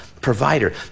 provider